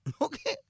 Okay